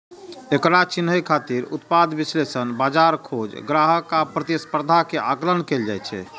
एकरा चिन्है खातिर उत्पाद विश्लेषण, बाजार खोज, ग्राहक आ प्रतिस्पर्धा के आकलन कैल जाइ छै